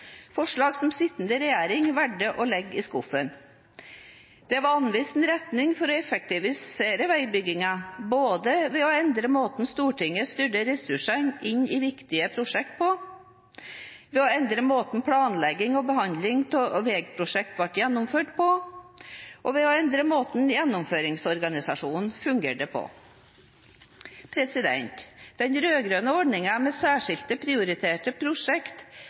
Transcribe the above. forslag som sittende regjering valgte å legge i skuffen. Det var anvist en retning for å effektivisere veibyggingen, både ved å endre måten Stortinget styrte ressurser inn i viktige prosjekter på, ved å endre måten planleggingen og behandlingen av veiprosjekter ble gjennomført på, og ved å endre måten gjennomføringsorganisasjonen fungerte på. Den rød-grønne ordningen med «særskilt prioriterte